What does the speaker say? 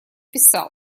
писал